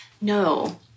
no